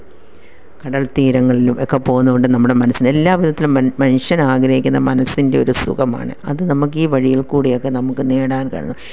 കടൽത്തീരങ്ങളിലും ഒക്കെ പോകുന്നത് കൊണ്ട് നമ്മുടെ മനസ്സിന് എല്ലാവിധത്തിലും മനുഷ്യൻ ആഗ്രഹിക്കുന്ന മനസ്സിൻ്റെ ഒരു സുഖമാണ് അത് നമുക്ക് ഈ വഴിയിൽ കൂടിയൊക്കെ നമുക്ക് നേടാൻ കഴിയുന്നു